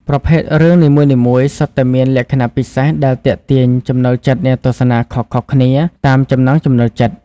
ប្រភេទរឿងនីមួយៗសុទ្ធតែមានលក្ខណៈពិសេសដែលទាក់ទាញចំណូលចិត្តអ្នកទស្សនាខុសៗគ្នាតាមចំណង់ចំណូលចិត្ត។